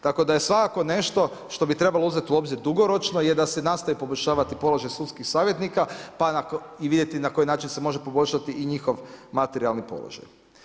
Tako da je svakako nešto što bi trebalo uzeti u obzir dugoročno je da se nastavi poboljšavati položaj sudskih savjetnika, pa i vidjeti na koji način se može poboljšati i njihov materijalni položaj.